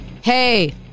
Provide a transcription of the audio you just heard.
Hey